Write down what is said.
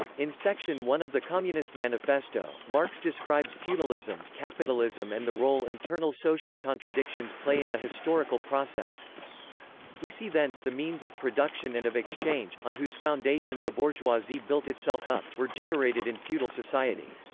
in section one of the communist manifesto, marx describes feudalism, capitalism and the role internal social contradictions play in the historical process we see then the means of production and of exchange, on whose foundation the bourgeoisie built itself up, were generated in feudal society.